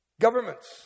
Governments